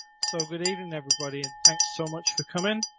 so, good evening, everybody. and thanks so much for coming.